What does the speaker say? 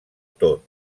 tot